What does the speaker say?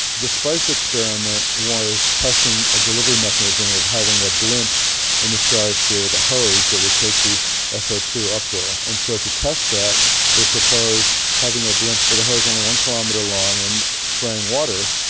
the spice experiment was testing a delivery mechanism of having a blimp in the stratosphere with a hose that would take the s o two up there. and so to test that they proposed having a blimp with a hose only one kilometre long and spraying water,